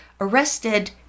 arrested